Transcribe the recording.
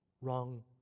wrong